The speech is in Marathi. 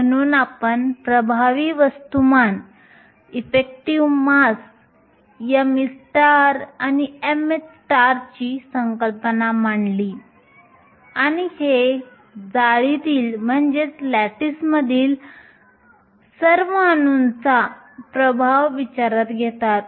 म्हणून आपण प्रभावी वस्तुमान me आणि mh ची संकल्पना मांडली आणि हे जाळीतील सर्व अणूंचा प्रभाव विचारात घेतात